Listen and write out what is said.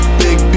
big